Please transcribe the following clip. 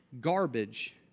garbage